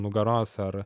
nugaros ar